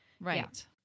Right